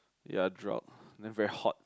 ya drop then very hot